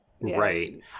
Right